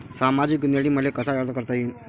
सामाजिक योजनेसाठी मले कसा अर्ज करता येईन?